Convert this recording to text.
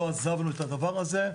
לא עזבנו את הדבר הזה.